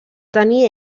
tenir